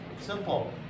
simple